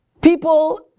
people